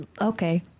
okay